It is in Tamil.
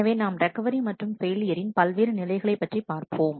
எனவே நாம் ரெக்கவரி மற்றும் ஃபெயிலியரின் பல்வேறு நிலைகளை பற்றி பார்ப்போம்